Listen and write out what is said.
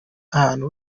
ahantu